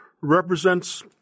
represents